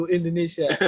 Indonesia